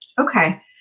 Okay